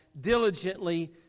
diligently